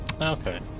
Okay